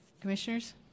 Commissioners